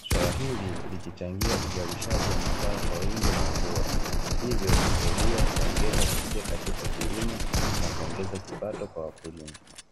swala hili likichangia uzalishaji wa mazao kwa wingi na ubora hivyo husaidia kuongeza tija katika kilimo na kuongeza kipato kwa wakulima.